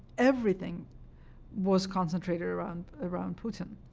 everything was concentrated around around putin.